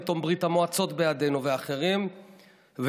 פתאום ברית המועצות והאחרים בעדנו,